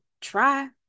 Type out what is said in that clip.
try